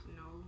no